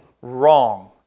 wrong